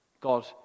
God